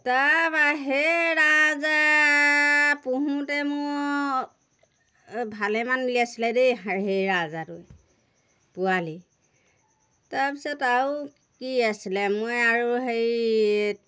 তাৰপৰা সেই ৰাজহাঁহ পোহোতে মোৰ ভালেমান উলিয়াইছিলে দেই সেই ৰাজহাঁহটোৱে পোৱালি তাৰপিছত আৰু কি আছিলে মই আৰু হেৰি